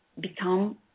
become